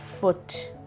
foot